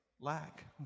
lack